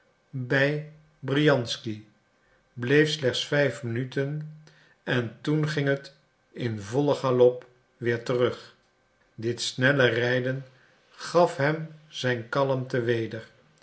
bij briansky bleef slechts vijf minuten en toen ging het in vollen galop weer terug dit snelle rijden gaf hem zijn kalmte weder